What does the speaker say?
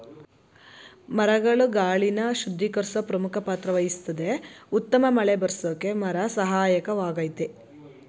ಮರಗಳು ಗಾಳಿನ ಶುದ್ಧೀಕರ್ಸೋ ಪ್ರಮುಖ ಪಾತ್ರವಹಿಸ್ತದೆ ಉತ್ತಮ ಮಳೆಬರ್ರ್ಸೋಕೆ ಮರ ಸಹಾಯಕವಾಗಯ್ತೆ